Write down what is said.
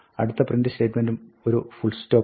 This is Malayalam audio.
അടുത്ത പ്രിന്റ് സ്റ്റേറ്റ്മെന്റ് ഒരു ഫുൾസ്റ്റോപ്പും